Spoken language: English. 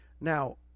Now